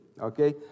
okay